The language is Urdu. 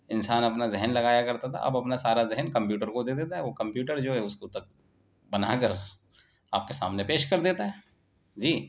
انسان اپنا ذہن لگا کرتا تھا اب اپنا سارا ذہن کمپیوٹر کو دے دیتا ہے وہ کمپیوٹر جو ہے اس کو تک بنا کر آپ کے سامنے پیش کر دیتا ہے جی